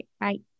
right